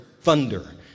thunder